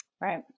Right